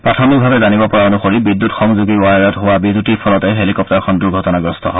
প্ৰাথমিকভাৱে জানিব পৰা অনুসৰি বিদ্যুত সংযোগী বায়াৰত হোৱা বিজুতিৰ ফলতে হেলিকপ্তাৰখন দুৰ্ঘটনাগ্ৰস্ত হয়